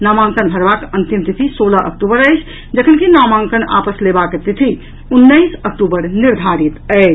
नामांकन भरवाक अंतिम तिथि सोलह अक्टूबर अछि जखनकि नामांकन वापस लेबाक तिथि उन्नैस अक्टूबर निर्धारित अछि